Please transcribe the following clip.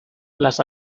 las